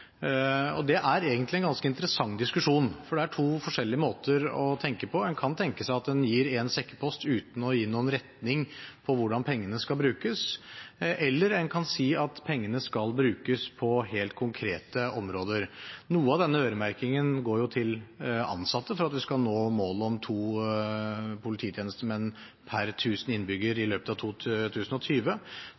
Det er egentlig en ganske interessant diskusjon, for det er to forskjellige måter å tenke på. En kan tenke seg at en gir en sekkepost uten å gi noen retning for hvordan pengene skal brukes, eller en kan si at pengene skal brukes på helt konkrete områder. Noe av denne øremerkingen går jo til ansatte for at en skal nå målet om to polititjenestemenn per 1 000 innbyggere i løpet av 2020.